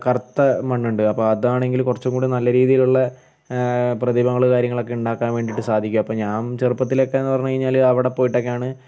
കറുത്ത മണ്ണുണ്ട് അപ്പം അതാണെങ്കിൽ കുറച്ചും കൂടെ നല്ല രീതിയിലുള്ള പ്രതിമകൾ കാര്യങ്ങളക്കെ ഉണ്ടാക്കാൻ വേണ്ടീട്ട് സാധിക്കും അപ്പോൾ ഞാൻ ചെറുപ്പത്തിലക്കേന്ന് പറഞ്ഞ് കഴിഞ്ഞാൽ അവിടെ പോയിട്ടൊക്കെയാണ്